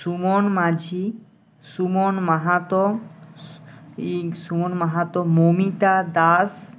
সুমন মাঝি সুমন মাহাতো সু ই সুমন মাহাতো মৌমিতা দাস